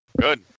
Good